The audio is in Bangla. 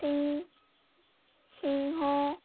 সিং সিংহ